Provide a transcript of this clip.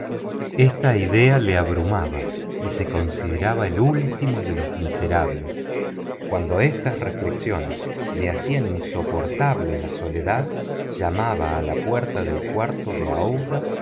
esta idea lo abrumaba y se consideraba como el último de los miserables cuando estas eflexiones le hacían insoportable la soledad llamaba a la puerta del cuarto de aouida